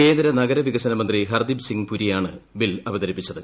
കേന്ദ്രനഗര വികസന മന്ത്രി ഹർദ്ദീപ് സിംഗ് പുരിയാണ് ബിൽ അവതരിപ്പിച്ചത്